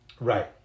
Right